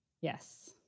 Yes